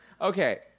Okay